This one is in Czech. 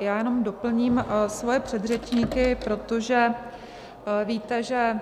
Jenom doplním svoje předřečníky, protože víte, že